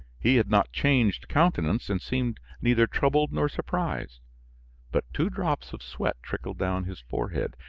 he had not changed countenance and seemed neither troubled nor surprised but two drops of sweat trickled down his forehead,